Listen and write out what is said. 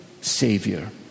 Savior